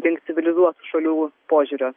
link civilizuotų šalių požiūrio